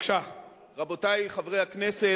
רבותי חברי הכנסת,